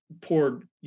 poured